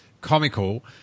comical